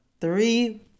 Three